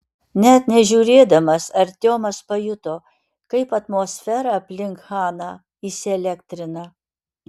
net nežiūrėdamas artiomas pajuto kaip atmosfera aplink chaną įsielektrina